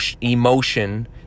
emotion